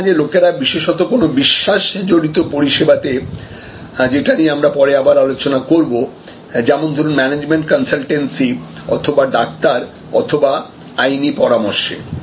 মাঝে মাঝে লোকেরা বিশেষত কোন বিশ্বাস জড়িত পরিষেবাতে যেটা নিয়ে আমরা পরে আবার আলোচনা করব যেমন ধরুন মানেজমেন্ট কনসালটেন্সি অথবা ডাক্তার অথবা আইনি পরামর্শ